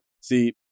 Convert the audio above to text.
See